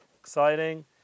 exciting